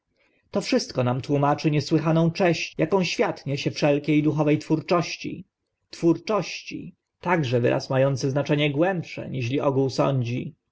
to wszystko nam tłumaczy niesłychaną cześć aką świat niesie wszelkie duchowe twórczości twórczość także wyraz ma ący znaczenie głębsze niżeli ogół sądzi